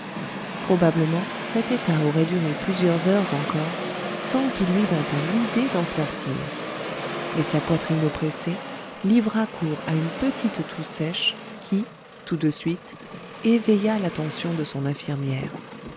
probablement cet état aurait duré plusieurs heures encore sans qu'il lui vînt à l'idée d'en sortir mais sa poitrine oppressée livra cours à une petite toux sèche qui tout de suite éveilla l'attention de son infirmière